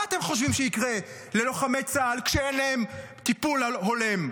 מה אתם חושבים שיקרה ללוחמי צה"ל כשאין להם טיפול הולם,